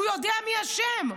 הוא יודע מי אשם,